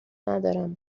ندارم